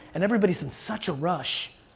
and everybody's in such a rush.